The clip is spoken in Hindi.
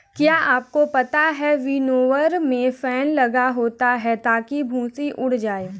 क्या आपको पता है विनोवर में फैन लगा होता है ताकि भूंसी उड़ जाए?